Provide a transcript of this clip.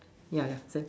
ya ya same